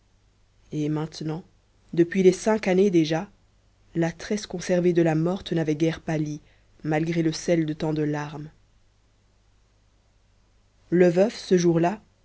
et maintenant depuis les cinq années déjà la tresse conservée de la morte n'avait guère pâli malgré le sel de tant de larmes le veuf ce jour-là